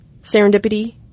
serendipity